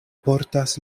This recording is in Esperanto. portas